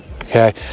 okay